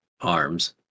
arms